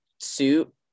suit